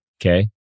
Okay